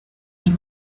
die